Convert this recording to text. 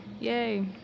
yay